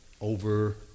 over